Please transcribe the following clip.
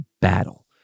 battle